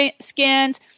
skins